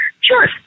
Sure